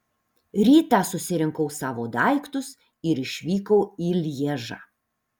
rytą susirinkau savo daiktus ir išvykau į lježą